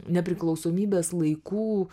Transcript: nepriklausomybės laikų